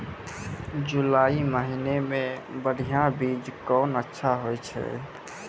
जुलाई महीने मे बढ़िया बीज कौन अच्छा होय छै?